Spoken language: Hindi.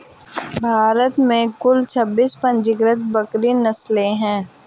भारत में कुल छब्बीस पंजीकृत बकरी नस्लें हैं